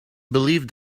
believe